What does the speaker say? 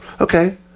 Okay